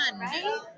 right